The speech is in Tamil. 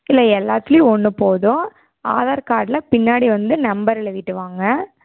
இல்லை எல்லாத்துலேயும் ஒன்று போதும் ஆதார் கார்டில் பின்னாடி வந்து நம்பர் எழுதிட்டு வாங்க